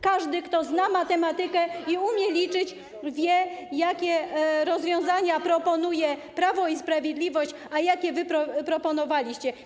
Każdy, kto zna matematykę i umie liczyć, wie, jakie rozwiązania proponuje Prawo i Sprawiedliwość, a jakie wy proponowaliście.